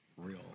real